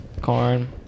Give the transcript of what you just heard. Corn